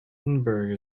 edinburgh